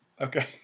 Okay